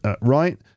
right